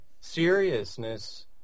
seriousness